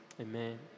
Amen